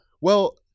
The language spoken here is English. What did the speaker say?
Well-